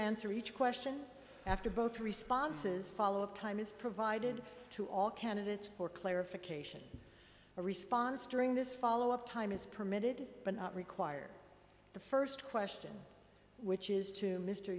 answer each question after both responses follow up time is provided to all candidates for clarification or response during this follow up time is permitted but not required the first question which is to mr